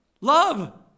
Love